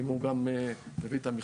אם הוא גם מביא את המכסה.